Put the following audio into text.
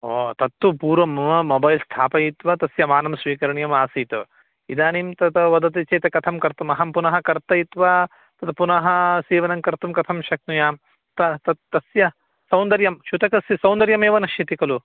ओ तत्तु पूर्वं मम मोबैल् स्थापयित्वा तस्य मानं स्वीकरणीयम् आसीत् इदानीं तथा वदति चेत् कथं कर्तुमहं पुनः कर्तयित्वा तद् पुनः सीवनं कर्तुं कथं शक्नुयां त तत् तस्य सौन्दर्यं युतकस्य सौन्दर्यमेव नश्यति खलु